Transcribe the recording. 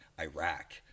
Iraq